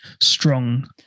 strong